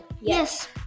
Yes